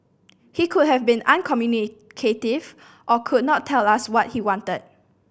he could have been uncommunicative or could not tell us what he wanted